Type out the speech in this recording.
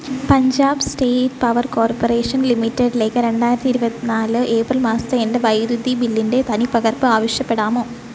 Punjab state power corporation ലിമിറ്റഡ്ലേക്ക് രണ്ടായിരത്തി ഇരുപത്തിനാല് ഏപ്രിൽ മാസത്തെ എന്റെ വൈദ്യുതി ബില്ലിന്റെ തനിപ്പകർപ്പ് ആവശ്യപ്പെടാമോ